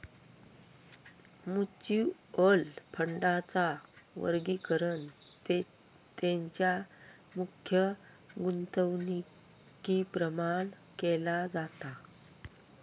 mutual फंडांचा वर्गीकरण तेंच्या मुख्य गुंतवणुकीप्रमाण केला जाता